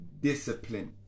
discipline